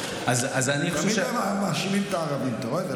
תמיד מאשימים את הערבים, אתה רואה?